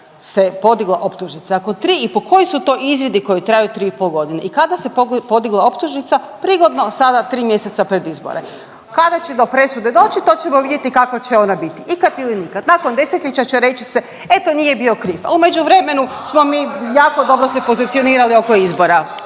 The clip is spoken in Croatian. se podigla optužnica, nakon tri i pol. Koji su to izvidi koji traju tri i pol godine? I kada se podigla optužnica? Prigodno sada 3 mjeseca pred izbore. Kada će do presude doći to ćemo vidjeti kakva će ona biti ikad ili nikad. Nakon desetljeća će reći se eto nije bio kriv, a u međuvremenu smo mi jako dobro se pozicionirali oko izbora,